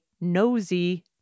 nosy